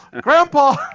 Grandpa